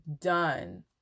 done